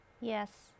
yes